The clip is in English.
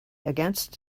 against